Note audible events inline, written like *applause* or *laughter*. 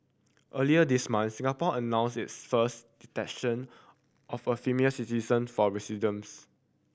earlier this month Singapore announced its first detention of a female citizen for *unintelligible*